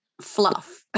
Fluff